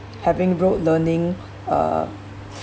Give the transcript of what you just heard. having rote learning uh